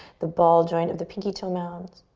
the ball joint of the pinky toe mounds.